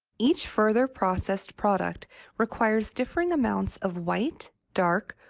each further processed product requires differing amounts of white, dark,